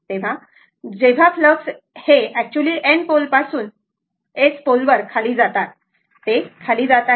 तर जेव्हा फ्लक्स हे ऍक्च्युली N पोल पासून S पोलवर खाली जातात बरोबर ते खाली जात आहे